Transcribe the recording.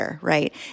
Right